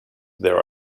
there